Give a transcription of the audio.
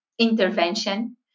intervention